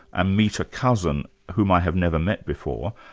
ah meet a cousin whom i have never met before,